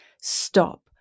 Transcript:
stop